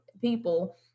people